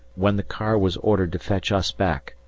when the car was ordered to fetch us back.